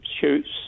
shoots